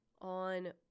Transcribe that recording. on